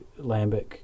Lambic